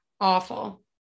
awful